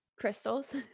Crystals